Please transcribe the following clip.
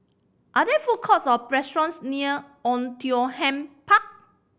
are there food courts or restaurants near Oei Tiong Ham Park